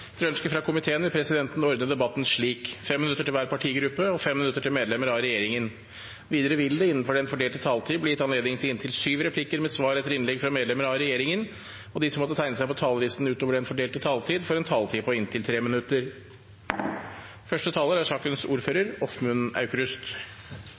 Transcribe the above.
Etter ønske fra utenriks- og forsvarskomiteen vil presidenten ordne debatten slik: 5 minutter til hver partigruppe og 5 minutter til medlemmer av regjeringen. Videre vil det – innenfor den fordelte taletid – bli gitt anledning til inntil syv replikker med svar etter innlegg fra medlemmer av regjeringen, og de som måtte tegne seg på talerlisten utover den fordelte taletid, får en taletid på inntil 3 minutter.